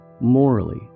morally